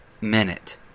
minute